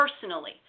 personally